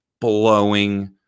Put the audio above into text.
blowing